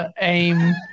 aim